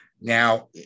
Now